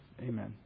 Amen